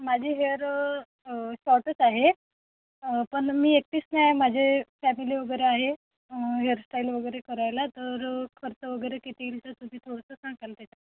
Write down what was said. माझी हेअर शॉर्टच आहे पण मी एकटीच नाही आहे माझे फॅमिली वगैरे आहे हेअरस्टाईल वगैरे करायला तर खर्च वगैरे किती येईल तर तुम्ही थोडंसं सांगाल त्याच्या